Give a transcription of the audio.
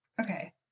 Okay